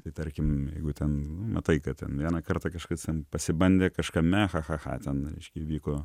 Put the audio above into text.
tai tarkim jeigu ten nu matai kad vieną kartą kažkas ten pasibandė kažkame cha cha cha ten įvyko